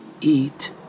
eat